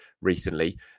recently